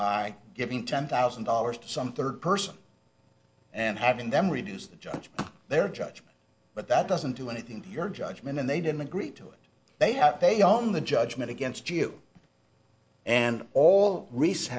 by giving ten thousand dollars to some third person and having them reduced the judge their judgment but that doesn't do anything to your judgment and they didn't agree to it they have paid on the judgment against you and all ree